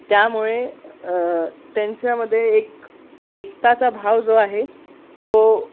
त्यामुळे त्यांच्यामध्ये एक एकताचा भाव जो आहे तो